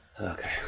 Okay